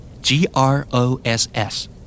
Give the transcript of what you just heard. G-R-O-S-S